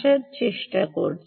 চালানোর চেষ্টা করছি